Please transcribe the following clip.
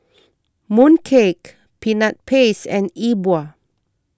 Mooncake Peanut Paste and E Bua